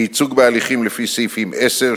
(א) לייצוג בהליכים לפי סעיפים 10,